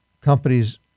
companies